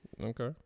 okay